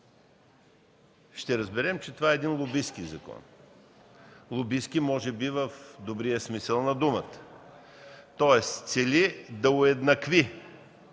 ще разберем, че това е лобистки закон – лобистки, може би в добрия смисъл на думата. Тоест цели да уеднакви